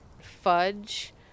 Fudge